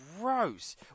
gross